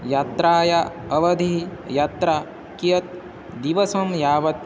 यात्रायाः अवधिः यात्रा कियत् दिवसं यावत्